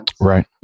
Right